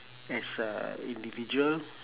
as a individual